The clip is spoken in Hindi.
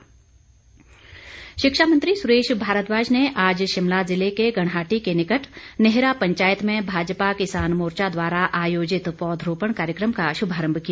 पौधरोपण शिक्षा मंत्री सुरेश भारद्वाज ने आज शिमला जिले के घणाहट्टी के निकट नेहरा पंचायत में भाजपा किसान मोर्चा द्वारा आयोजित पौधरोपण कार्यक्रम का शुभारंभ किया